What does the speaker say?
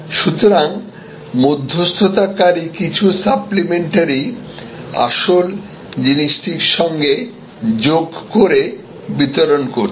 সুতরাং মধ্যস্থতাকারী কিছু সাপ্লিমেন্টারি আসল জিনিসটির সঙ্গে যোগ করে বিতরণ করত